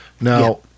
Now